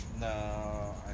No